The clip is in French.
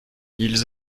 ils